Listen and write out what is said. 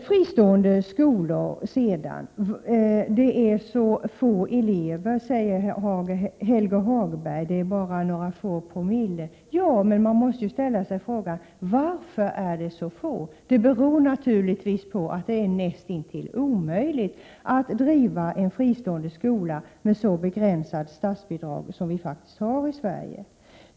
Vad sedan gäller fristående skolor säger Helge Hagberg att dessa har mycket få elever, bara några få promille av samtliga elever. Ja, men man måste ställa sig frågan: Varför är de så få? Det beror naturligtvis på att det är näst intill omöjligt att driva en fristående skola med så begränsade statsbidrag som vi faktiskt har i Sverige.